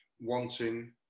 wanting